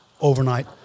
overnight